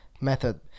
method